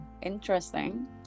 interesting